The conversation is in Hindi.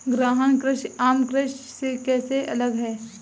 गहन कृषि आम कृषि से कैसे अलग है?